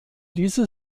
diese